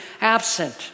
absent